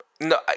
No